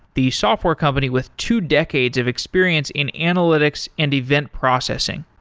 the software company with two decades of experience in analytics and event processing.